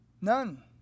none